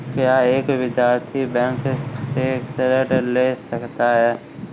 क्या एक विद्यार्थी बैंक से ऋण ले सकता है?